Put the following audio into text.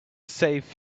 save